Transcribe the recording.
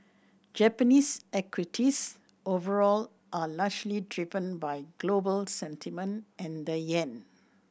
Japanese equities overall are largely driven by global sentiment and the yen